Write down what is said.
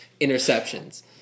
interceptions